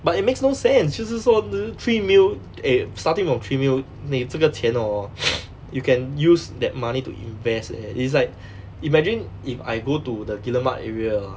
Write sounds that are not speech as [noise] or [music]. but it makes no sense 就是说 three million eh starting from three million 你这个钱 hor [noise] you can use that money to invest eh it's like imagine if I go to the guillemard area ah